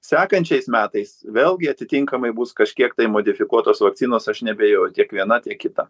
sekančiais metais vėlgi atitinkamai bus kažkiek tai modifikuotos vakcinos aš neabejoju tie viena tiek kita